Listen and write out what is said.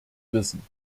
wissen